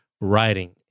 writing